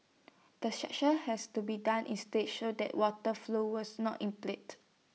the section has to be done in stages that water flow was not